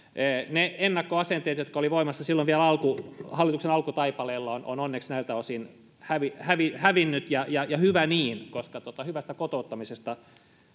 ne ennakkoasenteet jotka olivat vielä voimassa hallituksen alkutaipaleella ovat onneksi näiltä osin hävinneet ja ja hyvä niin koska hyvästä kotouttamisesta